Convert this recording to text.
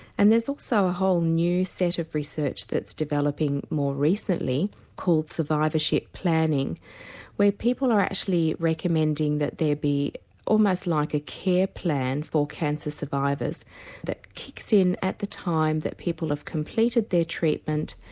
and there's also a whole new set of research that's developing more recently called survivorship planning where people are actually recommending that there be almost like a care plan for cancer survivors that kicks in at the time that people have completed their treatment,